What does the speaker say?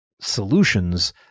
solutions